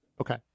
Okay